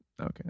Okay